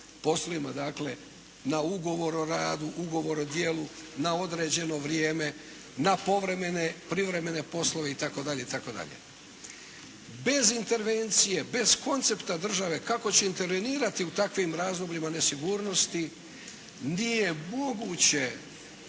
poslovima, dakle na ugovor o radu, ugovor o djelu, na određeno vrijeme, na povremene privremene poslove itd. itd. Bez intervencije, bez koncepta države kako će intervenirati u takvim razdobljima nesigurnosti, nije moguće